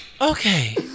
Okay